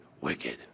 wicked